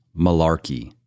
malarkey